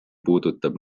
puudutab